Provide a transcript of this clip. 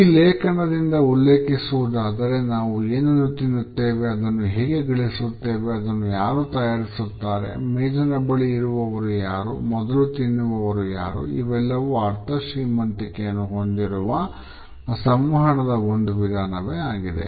ಈ ಲೇಖನದಿಂದ ಉಲ್ಲೇಖಿಸುವುದಾದರೆ " ನಾವು ಏನನ್ನು ತಿನ್ನುತ್ತೇವೆ ಅದನ್ನು ಹೇಗೆ ಗಳಿಸುತ್ತೇವೆ ಅದನ್ನು ಯಾರು ತಯಾರಿಸುತ್ತಾರೆ ಮೇಜಿನ ಬಳಿ ಇರುವವರು ಯಾರು ಮೊದಲು ತಿನ್ನುವವರು ಯಾರು ಇವೆಲ್ಲವೂ ಅರ್ಥ ಶ್ರೀಮಂತಿಕೆಯನ್ನು ಹೊಂದಿರುವ ಸಂವಹನದ ಒಂದು ವಿಧಾನವೇ ಆಗಿದೆ